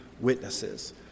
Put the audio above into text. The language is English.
witnesses